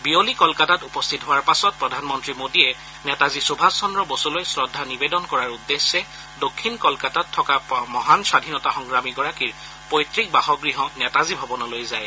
বিয়লি কলকাতাত উপস্থিত হোৱাৰ পাছত প্ৰধানমন্ত্ৰী মোদীয়ে নেতাজী সুভাষ চন্দ্ৰ বসুলৈ শ্ৰদ্ধা নিৱেদন কৰাৰ উদ্দেশ্যে দক্ষিণ কলকাতাত থকা মহান স্বধীনতা সংগ্ৰামীগৰাকীৰ পৈত়ক বাসগৃহ নেতাজী ভৱনলৈ যায়